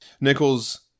Nichols